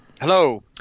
Hello